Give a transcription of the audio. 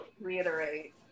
reiterate